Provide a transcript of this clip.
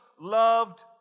loved